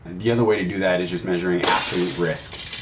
the other way to do that is just measuring absolute risk,